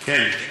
כן.